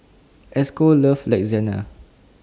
Esco loves Lasagna